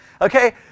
Okay